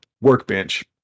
workbench